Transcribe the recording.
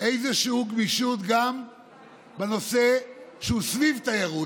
איזושהי גמישות גם בנושא שהוא סביב תיירות.